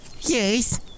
Yes